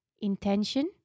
intention